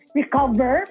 recover